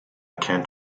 can’t